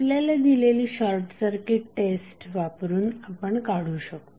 आपल्याला दिलेली short circuit test वापरून आपण काढू शकतो